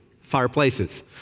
fireplaces